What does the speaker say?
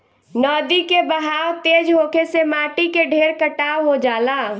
नदी के बहाव तेज होखे से माटी के ढेर कटाव हो जाला